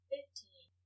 Fifteen